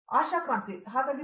ಆಶಾ ಕ್ರಂತಿ ಹಾಗಾಗಿ B